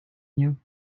you